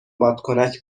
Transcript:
بادکنک